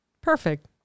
Perfect